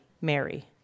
Mary